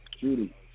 Judy